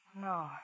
no